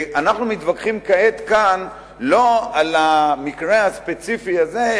אנחנו מתווכחים כאן כעת לא על המקרה הספציפי הזה,